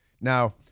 Now